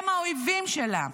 הם האויבים שלה.